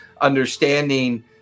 understanding